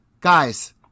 Guys